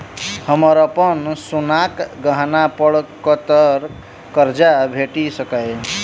हमरा अप्पन सोनाक गहना पड़ कतऽ करजा भेटि सकैये?